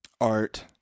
art